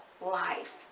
life